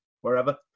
wherever